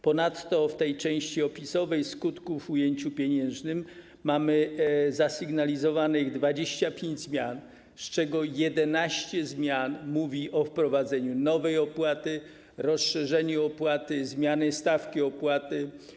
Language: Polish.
Ponadto w części opisowej, dotyczącej skutków w ujęciu pieniężnym, mamy zasygnalizowanych 25 zmian, z czego 11 zmian mówi o wprowadzeniu nowej opłaty, rozszerzeniu opłaty, zmianie stawki opłaty.